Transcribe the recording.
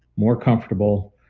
more comfortable,